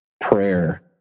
prayer